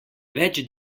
več